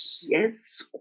Yes